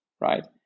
right